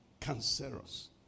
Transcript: cancerous